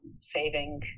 saving